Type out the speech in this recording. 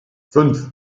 fünf